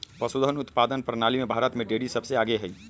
पशुधन उत्पादन प्रणाली में भारत में डेरी सबसे आगे हई